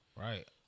Right